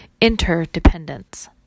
interdependence